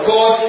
God